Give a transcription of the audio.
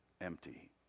empty